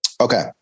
okay